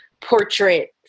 portrait